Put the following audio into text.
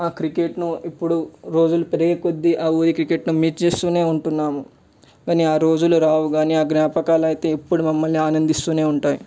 ఆ క్రికెట్ను ఇప్పుడు రోజులు పెరిగేకొద్దీ ఆ ఊరి క్రికెట్ను మెచ్చేస్తూనే ఉంటాము కానీ రోజులు రావు కానీ జ్ఞాపాకాలు అయితే మమ్మలను ఎప్పుడు ఆనందిస్తూనే ఉంటాయి